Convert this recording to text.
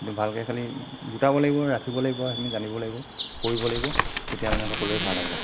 কিন্তু ভালকৈ খালী গোটাবও লাগিব আৰু ৰাখিবও লাগিব আৰু সেইখিনি জানিবও লাগিব কৰিব লাগিব তেতিয়া মানে সকলোৱে ভাল হ'ব